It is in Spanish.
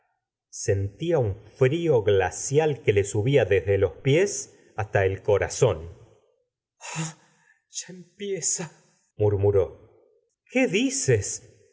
sentía un frio glacial que le subía desde los pies hasta el corazón si la señora de bovary ah ya empieza murmuró qué dices